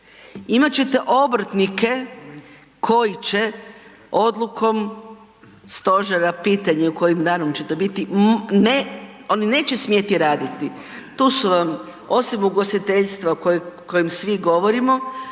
imat ćete obrtnike koji će odlukom stožera pitanje kojim danom će to biti, ne oni neće smjeti raditi, tu su vam osim ugostiteljstva o kojem svi govorimo,